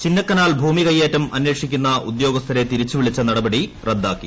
ചിന്നക്കനാൽ ഭൂമി കൈയേറ്റം അന്വേഷിക്കുന്ന ഉദ്യോഗസ്ഥരെ ന് തിരിച്ചുവിളിച്ച നടപടി റദ്ദാക്കി